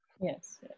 yes